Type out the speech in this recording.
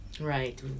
Right